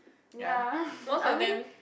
ya I mean